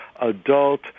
adult